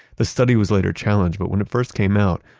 the study was later challenged, but when it first came out,